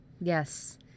Yes